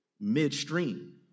midstream